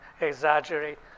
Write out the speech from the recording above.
exaggerate